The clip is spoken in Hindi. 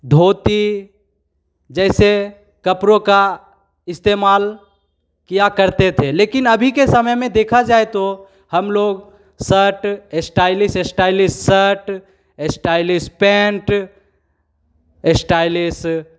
धोती जैसे कपड़ों का इस्तेमाल किया करते थे लेकिन अभी के समय में देखा जाए तो हम लोग set stylish stylish shirt stylish pant stylish